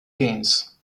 games